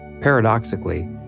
Paradoxically